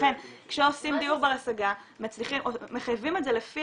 לכן כשעושים דיור בר השגה מחייבים את זה לפי